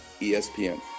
ESPN